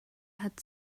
had